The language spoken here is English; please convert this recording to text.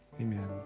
Amen